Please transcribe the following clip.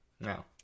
no